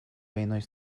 войной